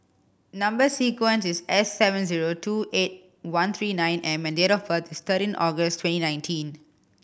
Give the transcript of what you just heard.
number sequence is S seven zero two eight one three nine M and date of birth is thirteen August twenty nineteen